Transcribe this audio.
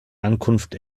ankunft